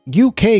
UK